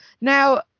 Now